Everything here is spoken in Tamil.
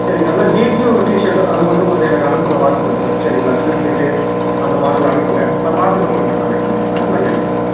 சரிங்க அதுதான் ஜீன்ஸும் டீஷர்ட்டும் அது மட்டும் கொஞ்சம் எனக்கு அனுப்புங்கள் வாட்ஸ்அப்பு சரிங்களா ஸ்லிம் ஃபிட்டு அந்த மாடல் அனுப்புங்க நான் பார்த்துட்டு உங்களுக்கு நான் காண்டெக்ட் பண்ணுறேன் ஆ நன்றிங்க ம்